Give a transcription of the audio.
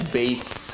base